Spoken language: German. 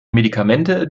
medikamente